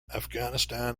afghanistan